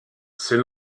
ses